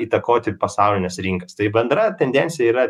įtakoti pasaulines rinkas tai bendra tendencija yra